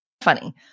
funny